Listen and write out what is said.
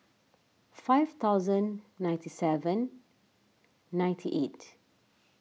five thousand ninety seven ninety eight